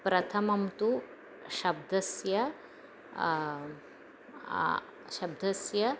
प्रथमं तु शब्दस्य शब्दस्य